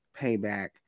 payback